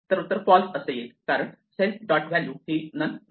तर उत्तर फॉल्स असे येईल कारण सेल्फ डॉट व्हॅल्यू ही नन नाही